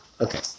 Okay